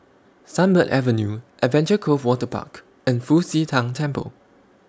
Sunbird Avenue Adventure Cove Waterpark and Fu Xi Tang Temple